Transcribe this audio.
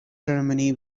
termini